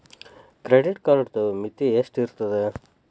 Credit ಕಾರ್ಡದು ಮಿತಿ ಎಷ್ಟ ಇರ್ತದ?